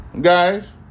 guys